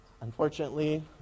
Unfortunately